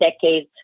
decades